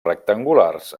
rectangulars